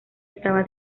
estaba